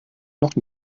noch